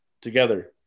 together